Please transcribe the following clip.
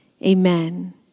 Amen